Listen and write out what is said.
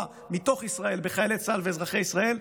מתוך ישראל בחיילי צה"ל ובאזרחי ישראל,